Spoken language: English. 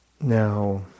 Now